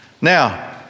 Now